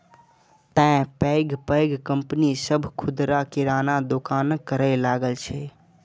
तें पैघ पैघ कंपनी सभ खुदरा किराना दोकानक करै लागल छै